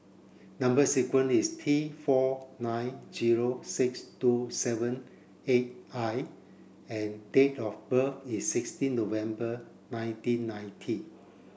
number sequence is T four nine zero six two seven eight I and date of birth is sixteen November nineteen ninety